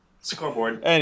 Scoreboard